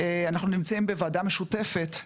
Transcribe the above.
אנחנו נמצאים בוועדה משותפת למעשה,